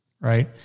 Right